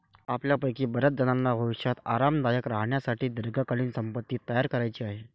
आपल्यापैकी बर्याचजणांना भविष्यात आरामदायक राहण्यासाठी दीर्घकालीन संपत्ती तयार करायची आहे